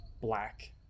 black